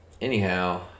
anyhow